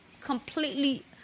completely